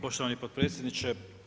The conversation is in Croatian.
Poštovani potpredsjedniče.